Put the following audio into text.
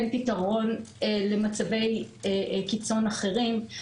אין פתרון למצבי קיצון אחרים.